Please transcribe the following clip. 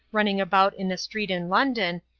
running about in a street in london,